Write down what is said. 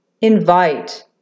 invite